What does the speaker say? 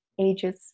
ages